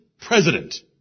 president